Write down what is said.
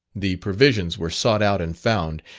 the provisions were sought out and found,